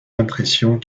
impressions